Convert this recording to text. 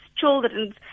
children's